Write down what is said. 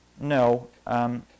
no